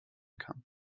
kann